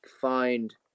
find